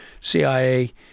CIA